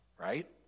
right